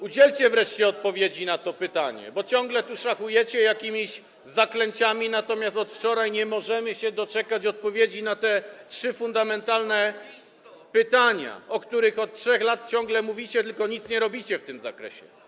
Udzielcie wreszcie odpowiedzi na to pytanie, bo ciągle tu szachujecie jakimiś zaklęciami, natomiast od wczoraj nie możemy się doczekać odpowiedzi na te trzy fundamentalne pytania, o których od 3 lat ciągle mówicie, tylko nic nie robicie w tym zakresie.